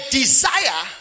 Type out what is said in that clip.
desire